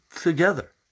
together